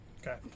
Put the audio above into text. okay